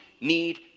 need